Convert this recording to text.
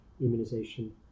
immunization